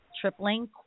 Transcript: tripling